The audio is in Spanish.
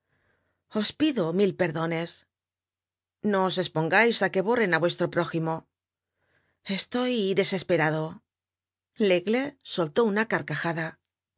os pido mil perdones no os espongais á que borren á vuestro prójimo estoy desesperado laigle soltó un carcajada